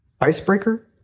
icebreaker